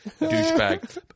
douchebag